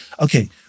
okay